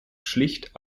schlicht